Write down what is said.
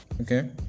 okay